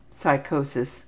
psychosis